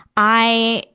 i,